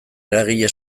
eragile